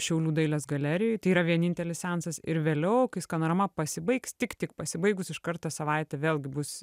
šiaulių dailės galerijoje tai yra vienintelis seansas ir vėliau kai skanorama pasibaigs tik tik pasibaigus iš karto savaitę vėlgi bus